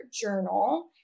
journal